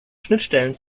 schnittstellen